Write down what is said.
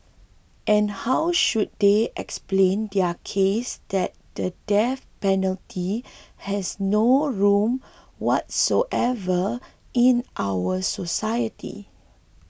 and how should they explain their case that the death penalty has no room whatsoever in our society